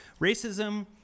Racism